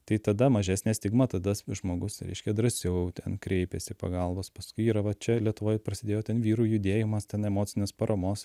tai tada mažesnė stigma tada žmogus reiškia drąsiau ten kreipiasi pagalbos paskui yra va čia lietuvoj prasidėjo ten vyrų judėjimas ten emocinės paramos